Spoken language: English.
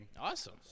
Awesome